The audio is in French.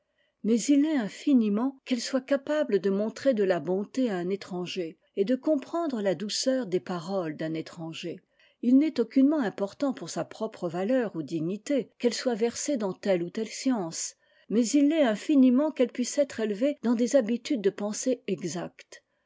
mais il l'est infiniment qu'elle soit capable de montrer de la bonté à un étranger et de comprendre la douceur des paroles d'un étranger il n'est aucunement important pour sa propre valeur ou dignité qu'elle soit versée dans telle ou telle science mais il l'est infiniment qu'elle puisse être élevée dans des habitudes de pensée exactes